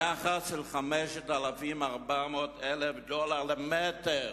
יחס של 5,400 דולר למטר".